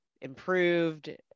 improved